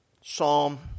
psalm